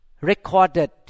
recorded